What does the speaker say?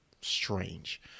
strange